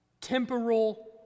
temporal